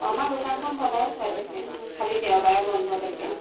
অ আমাৰ দোকানখন সদায় খোলা থাকে খালি দেওবাৰে বন্ধ থাকে